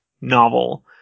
novel